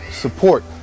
support